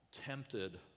tempted